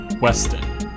Weston